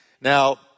Now